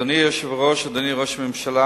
אדוני היושב-ראש, אדוני ראש הממשלה,